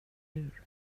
hur